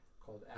called